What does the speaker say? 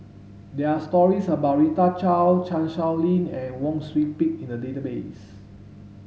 there are stories about Rita Chao Chan Sow Lin and Wang Sui Pick in the database